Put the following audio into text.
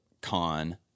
con